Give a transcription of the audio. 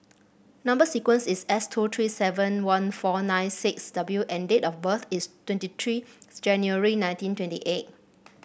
number sequence is S two three seven one four nine six W and date of birth is twenty three January nineteen twenty eight